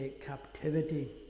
captivity